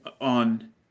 on